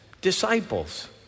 disciples